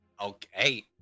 Okay